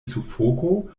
sufoko